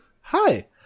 Hi